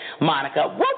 Monica